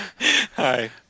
Hi